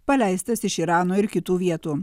paleistas iš irano ir kitų vietų